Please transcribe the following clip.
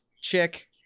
chick